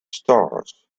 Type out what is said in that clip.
stars